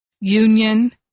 union